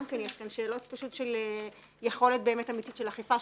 גם כן יש שאלות של יכולת של אכיפה.